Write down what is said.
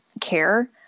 care